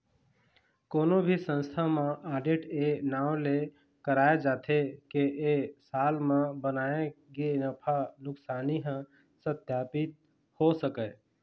कोनो भी संस्था म आडिट ए नांव ले कराए जाथे के ए साल म बनाए गे नफा नुकसानी ह सत्पापित हो सकय